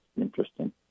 interesting